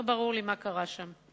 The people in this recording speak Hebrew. לא ברור לי מה קרה שם.